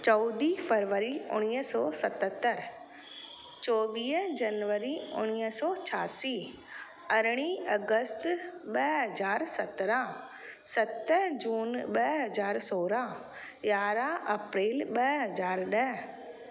चोॾहीं फरवरी उणिवीह सौ सतहतरि चोवीह जनवरी उणिवीह सौ छहासी अरिड़हीं अगस्त ॿ हज़ार सत्रहां सत जून ॿ हज़ार सोरहां यारहां अप्रेल ॿ हज़ार ॾह